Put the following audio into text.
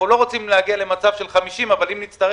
אנחנו לא רוצים להגיע למצב של 50 אבל אם נצטרך,